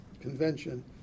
convention